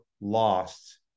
lost